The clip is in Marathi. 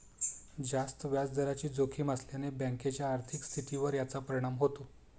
जास्त व्याजदराची जोखीम असल्याने बँकेच्या आर्थिक स्थितीवर याचा परिणाम होतो